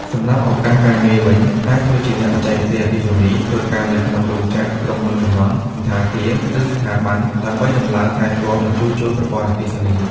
សម្រាប់់ឪកាសការងារវិញ អាចធ្វើជាអ្នកបច្ចេកទេសអគ្គិសនីធ្វើការនៅក្នុងរោងចក្រ ក្រុមហ៊ុនសំណង់ សណ្ឋាគារ ឬស្ថាប័នរដ្ឋ ដើម្បីតំឡើង ថែទាំ និងជួសជុលប្រព័ន្ធអគ្គិសនី។